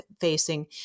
facing